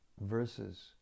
verses